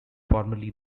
formerly